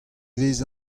vez